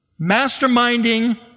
masterminding